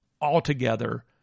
altogether